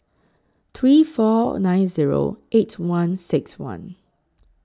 three four nine Zero eight one six one